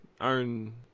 own